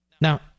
Now